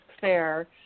Fair